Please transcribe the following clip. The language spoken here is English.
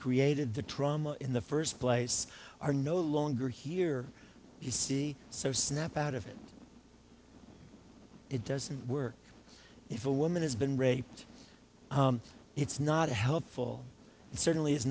created the trauma in the first place are no longer here you see so snap out of it it doesn't work if a woman has been raped it's not helpful and certainly is